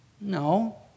no